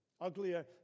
uglier